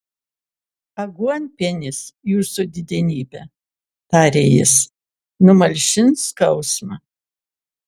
aguonpienis jūsų didenybe tarė jis numalšins skausmą